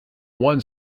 one